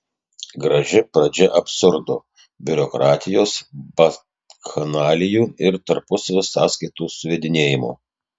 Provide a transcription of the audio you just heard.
graži pradžia absurdo biurokratijos bakchanalijų ir tarpusavio sąskaitų suvedinėjimo